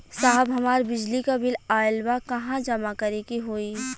साहब हमार बिजली क बिल ऑयल बा कहाँ जमा करेके होइ?